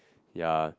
ya